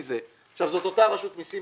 זאת אותה רשות מיסים